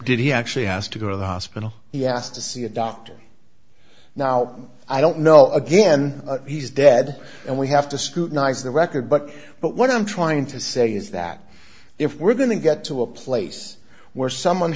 did he actually has to go to the hospital he asked to see a doctor now i don't know again he's dead and we have to scrutinize the record but but what i'm trying to say is that if we're going to get to a place where someone